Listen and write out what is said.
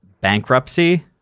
Bankruptcy